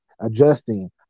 adjusting